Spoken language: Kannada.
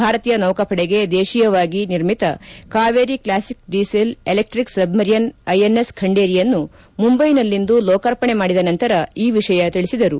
ಭಾರತೀಯ ನೌಕಾಪಡೆಗೆ ದೇಶಿಯವಾಗಿ ನಿರ್ಮಿತ Kaveri classic diesel electric submarine INS ಖಂಡೇರಿಯನ್ನು ಮುಂಬೈನಲ್ಲಿಂದು ಲೋಕಾರ್ಪಣೆ ಮಾಡಿದ ನಂತರ ಈ ವಿಷಯ ತಿಳಿಸಿದರು